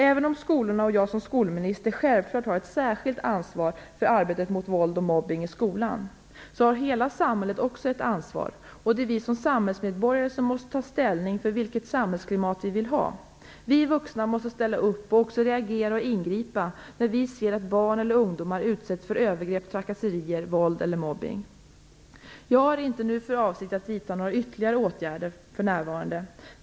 Även om skolorna och jag själv som skolminister självklart har ett särskilt ansvar för arbetet mot våld och mobbning i skolan, har också hela samhället ett ansvar, och det är vi som samhällsmedborgare som måste ta ställning till vilket samhällsklimat vi vill ha. Vi vuxna måste ställa upp och också reagera och ingripa när vi ser att barn eller ungdomar utsätts för övergrepp, trakasserier, våld eller mobbning. Jag har inte för avsikt att vidta några ytterligare åtgärder för närvarande.